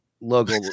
logo